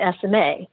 SMA